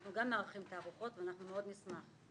אנחנו גם מארחים תערוכות ואנחנו מאוד נשמח.